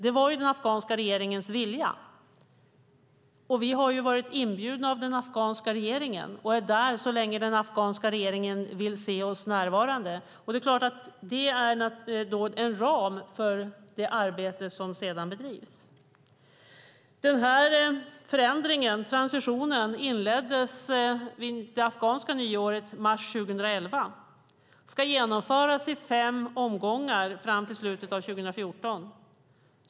Det var den afghanska regeringens vilja, och vi har varit inbjudna av den afghanska regeringen och är där så länge den afghanska regeringen vill se oss närvarande. Det är klart att det är en ram för det arbete som sedan bedrivs. Den här förändringen, transitionen, inleddes vid det afghanska nyåret i mars 2011 och ska genomföras i fem omgångar fram till slutet av 2014.